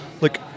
look